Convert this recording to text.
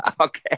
Okay